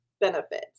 benefits